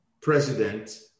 president